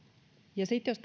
ja sitten jos